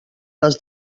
les